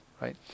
right